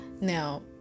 Now